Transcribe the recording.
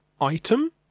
item